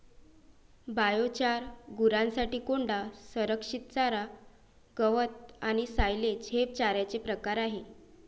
biochar, गुरांसाठी कोंडा, संरक्षित चारा, गवत आणि सायलेज हे चाऱ्याचे प्रकार आहेत